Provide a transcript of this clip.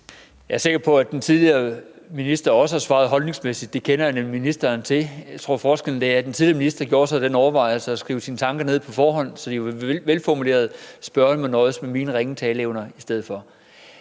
Jeg er sikker på, at den tidligere minister også har svaret holdningsmæssigt. Det kender jeg nemlig ministeren for. Jeg tror, forskellen er, at den tidligere minister gjorde sig den ulejlighed at skrive sine tanker ned på forhånd, så de var velformulerede. Spørgeren må nøjes med mine ringe taleevner i stedet for.